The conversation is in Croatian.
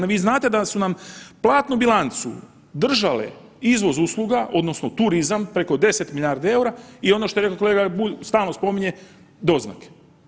Jel vi znate da su nam platnu bilancu držale izvoz usluga odnosno turizam preko 10 milijardi EUR-a i ono što je reko kolega Bulj, stalno spominje, doznake.